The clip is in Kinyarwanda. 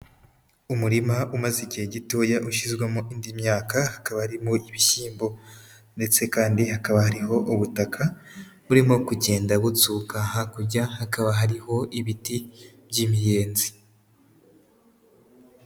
Umurima umaze igihe gitoya ushyizwemo indi myaka, hakaba harimo ibishyimbo, ndetse kandi hakaba hariho ubutaka burimo kugenda butsuka. Hakurya hakaba hariho ibiti by'imiyenzi.